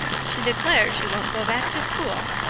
she declares she won't go back to school.